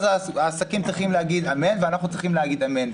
העסקים צריכים להגיד אמן ואנחנו צריכים להגיד אמן,